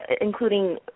including